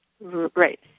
Right